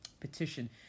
Petition